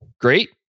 great